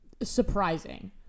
surprising